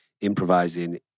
improvising